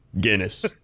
Guinness